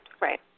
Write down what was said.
Right